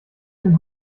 den